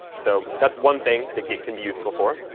so that's one thing that git can be useful for.